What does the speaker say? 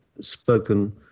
spoken